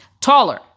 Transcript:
Taller